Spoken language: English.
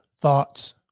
thoughts